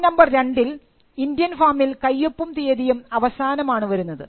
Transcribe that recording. form number രണ്ടിൽ Indian ഫോമിൽ കയ്യൊപ്പും തീയതിയും അവസാനം ആണ് വരുന്നത്